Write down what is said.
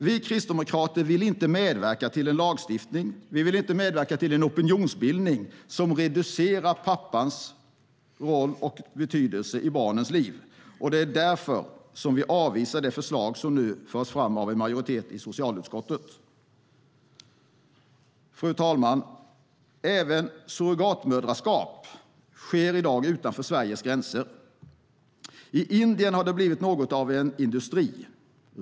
Vi kristdemokrater vill inte medverka till en lagstiftning, vi vill inte medverka till en opinionsbildning som reducerar pappans roll och betydelse i barnens liv. Det är därför som vi avvisar det förslag som nu förs fram av en majoritet i socialutskottet. Fru talman! Även surrogatmoderskap sker i dag utanför Sveriges gränser. I Indien har det blivit något av en industri.